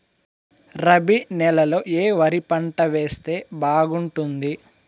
రబి నెలలో ఏ వరి పంట వేస్తే బాగుంటుంది